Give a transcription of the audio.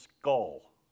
skull